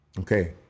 Okay